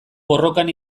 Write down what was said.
borrokan